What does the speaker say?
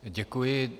Děkuji.